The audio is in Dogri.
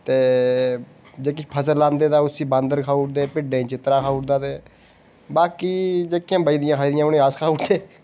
ते जेह्की फसल लांदे ते उसी बांदर खाई ओड़दे ते भिड्डें गी चित्तरा खाई ओड़दा ते बाकी जेह्कियां बचदियां उनेंगी अस खाई ओड़दे